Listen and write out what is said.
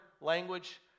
language